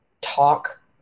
talk